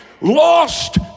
lost